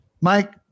Mike